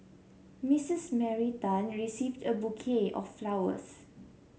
Mistress Mary Tan receiving a bouquet of flowers